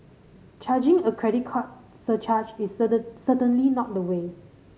charging a credit card surcharge is certain certainly not the way